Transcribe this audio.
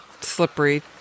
slippery